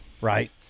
right